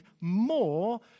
more